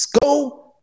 go